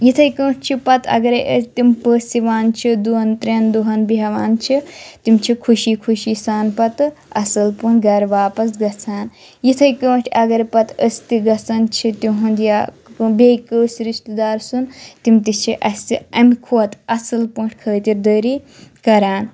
یِتھٕے پٲٹھۍ چھِ پَتہٕ اَگَرے أسۍ تِم پٔژھۍ یِوان چھِ دۄن ترٛٮ۪ن دۄہَن بیٚہوان چھِ تِم چھِ خُشی خُشی سان پَتہٕ اَصٕل پٲٹھۍ گَرٕ واپَس گَژھان یِتھٕے پٲٹھۍ اگرے پَتہٕ أسۍ تہِ گَژھان چھِ تِہُنٛد یا بیٚیہِ کٲنٛسہِ رِشتہٕ دار سُنٛد تِم تہِ چھِ اَسہِ اَمہِ کھۄتہٕ اَصٕل پٲٹھۍ خٲطِر دٲری کَران